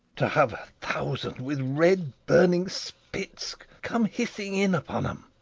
to have a thousand with red burning spits come hissing in upon em